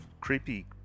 creepy